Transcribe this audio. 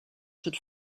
should